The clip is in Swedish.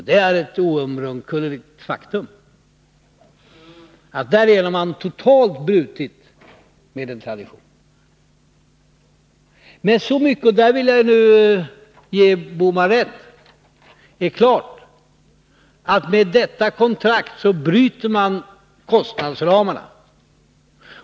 Det är ett oomkullrunkeligt faktum, att därmed har man totalt brutit med en tradition. Men så mycket är klart — och där vill jag ge Gösta Bohman rätt — att med detta kontrakt bryter man mot kostnadsramarna.